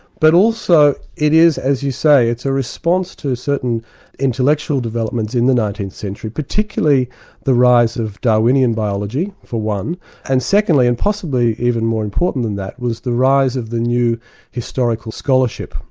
but also it is, as you say, it's a response to certain intellectual developments in the nineteenth century, particularly the rise of darwinian biology for one and secondly, and possibly even more important than that, was the rise of the new historical scholarship,